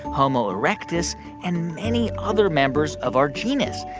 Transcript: homo erectus and many other members of our genus.